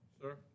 Sir